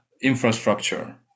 infrastructure